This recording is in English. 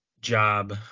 job